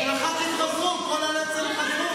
אבל הח"כים חזרו, חזרו.